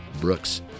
Brooks